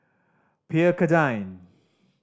Pierre Cardin